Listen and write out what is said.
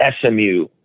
SMU